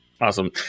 Awesome